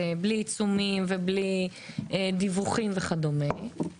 הרצון שלהם לגבות כי בסוף הם מכניסים על זה ולא מבזבזים.